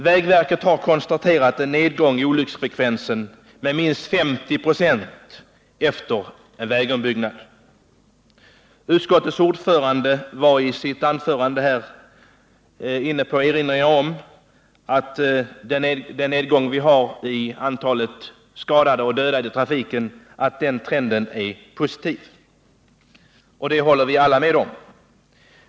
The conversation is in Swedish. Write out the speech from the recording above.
Vägverket har konstaterat en nedgång i olycksfrekvensen med minst 50 96 efter en vägombyggnad. Utskottets ordförande erinrade också i sitt anförande om den positiva trenden mot en nedgång i antalet skadade och dödade i trafiken, och att detta är en positiv trend håller vi alla med om.